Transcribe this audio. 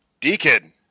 Deacon